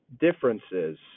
differences